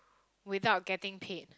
without getting paid